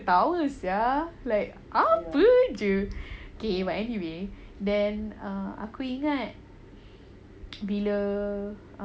ketawa [sial] like apa jer K but anyway then aku ingat bila